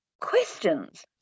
questions